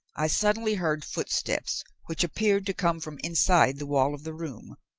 i suddenly heard footsteps which appeared to come from inside the wall of the room,